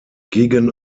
gegen